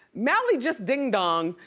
mally just ding-donged,